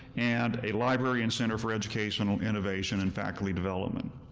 and a library and center for educational innovation and faculty development.